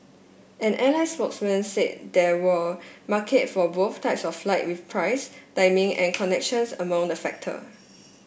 an airline spokesman said there were market for both types of flight with price timing and connections among the factor